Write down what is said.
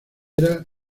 era